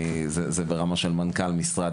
כי אני חושב שהוא ברמת חשיבות של מנכ״ל משרד,